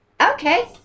okay